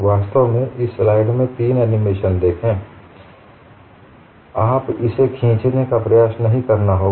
वास्तव में इस स्लाइड में केवल एनीमेशन देखें आप इसे खींचनें का प्रयास करना नहीं होगा